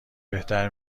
بهتر